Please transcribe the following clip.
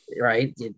right